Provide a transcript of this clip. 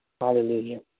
Hallelujah